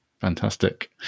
fantastic